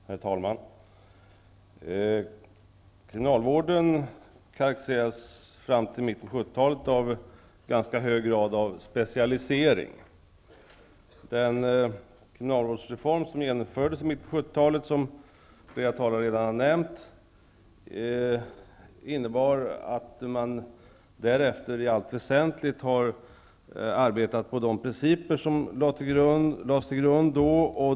Herr talman! Kriminalvården karakteriserades fram till mitten på 70-talet av en ganska hög grad av specialisering. Den kriminalvårdsreform som genomfördes i mitten på 70-talet och som flera talare redan har nämnt innebar att man därefter i allt väsentligt har arbetat enligt de principer som lades till grund då.